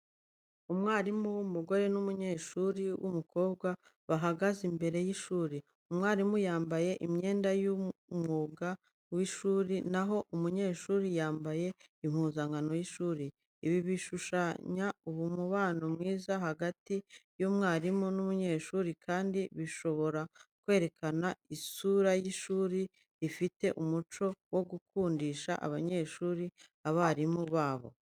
Umwarimu w'umugore n'umunyeshuri w'umukobwa bahagaze imbere y'ishuri. Umwarimu yambaye imyenda y'umwuga y'ishuri, na ho umunyeshuri yambaye impuzankano y'ishuri. Ibi bishushanya umubano mwiza hagati y'umwarimu n'umunyeshuri kandi bishobora kwerekana isura y'ishuri rifite umuco wo gukundisha abanyeshuri abarimu babo.